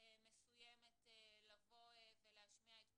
מסוימת לבוא ולהשמיע את קולם.